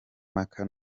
mpaka